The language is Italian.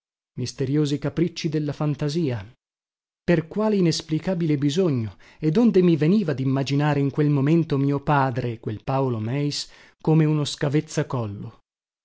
misteriosi capricci della fantasia per quale inesplicabile bisogno e donde mi veniva dimmaginare in quel momento mio padre quel paolo meis come uno scavezzacollo ecco